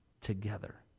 together